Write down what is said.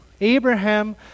Abraham